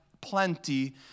plenty